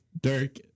Dirk